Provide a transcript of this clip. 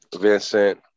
Vincent